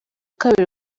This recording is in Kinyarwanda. kabiri